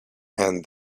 and